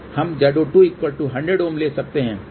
हम Z02 100 Ω ले सकते हैं